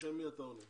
בשם מי אתה עונה?